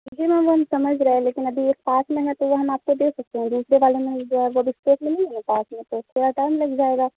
جی میم وہ ہم سمجھ رہے ہیں لیکن ابھی اسٹاک میں ہے تو وہ ہم آپ کو دے سکتے ہیں دوسرے والے جو ہے وہ اسٹاک میں نہیں ہے میرے پاس میں تو تھوڑا ٹائم لگ جائے گا